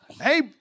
Hey